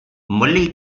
molly